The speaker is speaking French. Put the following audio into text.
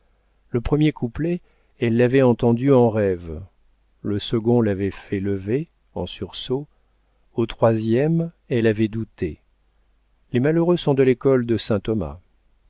le premier couplet elle l'avait entendu en rêve le second l'avait fait lever en sursaut au troisième elle avait douté les malheureux sont de l'école de saint